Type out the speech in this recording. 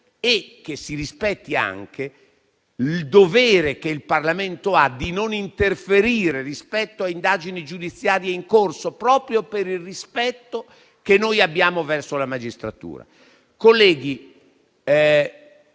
e che si rispetti anche il dovere, del Parlamento, di non interferire rispetto alle indagini giudiziarie in corso, proprio per il rispetto che noi abbiamo verso la magistratura.